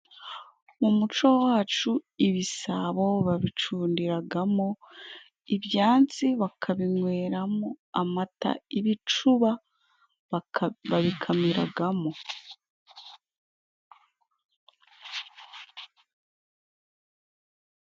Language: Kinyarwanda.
Mu muco wacu ibisabo babicundiragamo, ibyansi bakabinyweramo amata , ibicuba babikamiragamo.